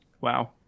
wow